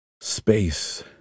space